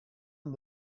aan